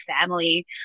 family